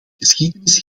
geschiedenis